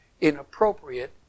Inappropriate